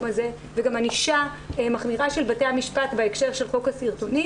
הזה וגם ענישה מחמירה של בתי המשפט בהקשר של חוק הסרטונים.